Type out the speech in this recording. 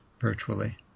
virtually